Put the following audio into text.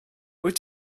wyt